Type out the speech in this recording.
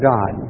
God